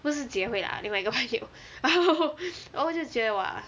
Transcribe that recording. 不是 jie hui lah 另外一个朋友然后 然后就觉得 !wah!